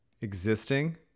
existing